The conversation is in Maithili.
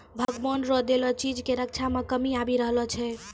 भगवान रो देलो चीज के रक्षा मे कमी आबी रहलो छै